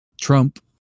trump